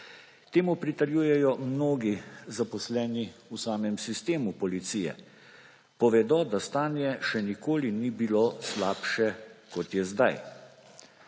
Temu pritrjujejo mnogi zaposleni v samemem sistemu policije. Povedo, da stanje še nikoli ni bilo slabše, kot je zdaj.